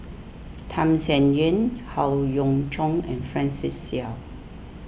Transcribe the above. Tham Sien Yen Howe Yoon Chong and Francis Seow